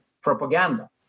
propaganda